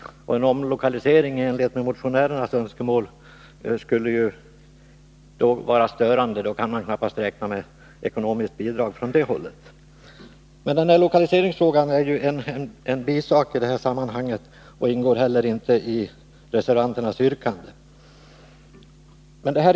En omlokalisering enligt motionärernas önskemål skulle bli störande — då kan man knappast räkna med ekonomiskt bidrag från det hållet. Lokaliseringsfrågan är emellertid en bisak i sammanhanget och ingår inte heller i reservanternas yrkande.